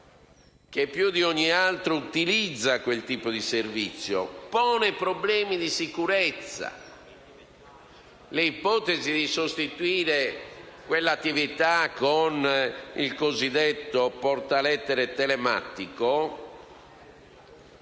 che più di ogni altra utilizza quel tipo di servizio, e pongono problemi di sicurezza. Le ipotesi di sostituire quell'attività con il cosiddetto portalettere telematico